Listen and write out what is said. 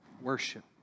Worship